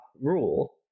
rule